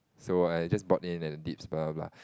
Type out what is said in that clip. so I just bought in at the dips lah but